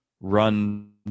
run